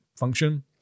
function